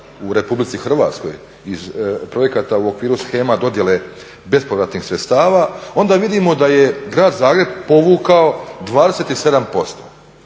u Republici Hrvatskoj iz projekata u okviru shema bespovratnih sredstava onda vidimo da je grad Zagreb povukao 27%